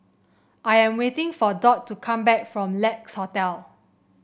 I am waiting for Dot to come back from Lex Hotel